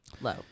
low